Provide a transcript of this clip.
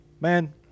man